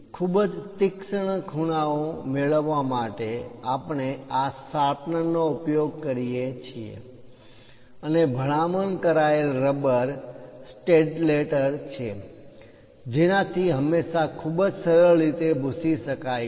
ખૂબ જ તીક્ષ્ણ ખૂણાઓ મેળવવા માટે આપણે આ શાર્પનર નો ઉપયોગ કરીએ છીએ અને ભલામણ કરાયેલ રબર ઇરેઝર સ્ટેડેટલર છે જેનાથી હંમેશાં ખૂબ જ સરળ રીતે ભૂંસી શકાય છે